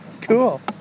Cool